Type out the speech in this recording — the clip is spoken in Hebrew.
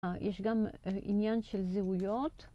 יש גם עניין של זהויות.